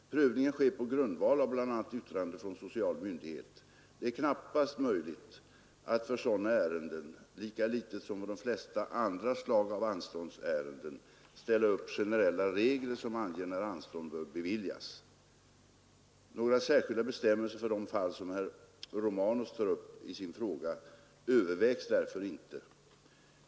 Prövningen sker på grundval av bl.a. yttrande från social myndighet. Det är knappast möjligt att för sådana ärenden — lika litet som för de flesta andra slag av anståndsärenden — ställa upp generella regler som anger när anstånd bör beviljas. Några särskilda bestämmelser för de fall som herr Romanus tar upp i sin fråga övervägs därför inte.